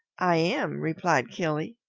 i am, replied killy.